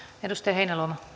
arvoisa